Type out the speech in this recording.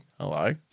Hello